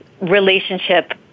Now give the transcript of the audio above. relationship